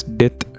death